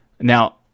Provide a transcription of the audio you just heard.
Now